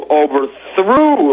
overthrew